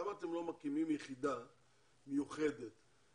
למה אתם לא מקימים יחידה מיוחדת שתעשה